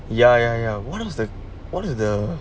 ya ya ya what is the what is the